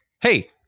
Hey